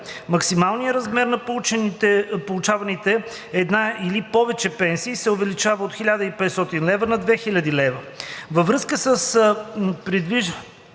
Максималният размер на получаваните една или повече пенсии се увеличава от 1500 лв. на 2000 лв.; - Във връзка с предвижданото